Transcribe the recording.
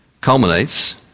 culminates